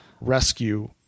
rescue